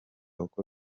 uko